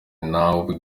nawe